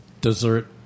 dessert